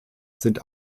sind